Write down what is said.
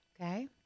Okay